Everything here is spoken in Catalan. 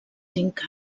cinc